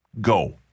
go